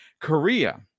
Korea